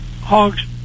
hogs